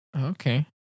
Okay